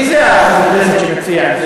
מי זה חבר הכנסת שמציע את